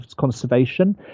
conservation